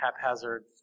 haphazard